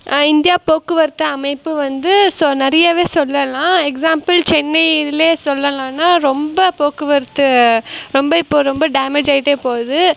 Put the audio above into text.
இந்தியாப் போக்குவரத்து அமைப்பு வந்து ஸோ நெறையவே சொல்லலாம் எக்ஸாம்பிள் சென்னை இதிலே சொல்லலான்னால் ரொம்ப போக்குவரத்து ரொம்ப இப்போ ரொம்ப டேமேஜ் ஆயிட்டே போகுது